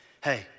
Hey